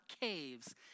caves